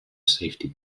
safety